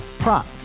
Prop